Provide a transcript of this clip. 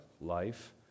life